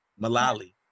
malali